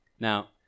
Now